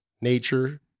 Nature